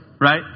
right